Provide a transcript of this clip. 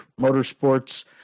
motorsports